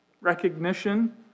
recognition